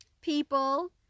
people